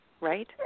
right